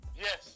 yes